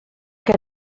que